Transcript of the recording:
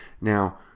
Now